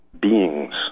beings